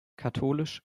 katholisch